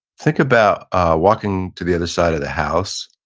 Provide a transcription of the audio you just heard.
think about walking to the other side of the house,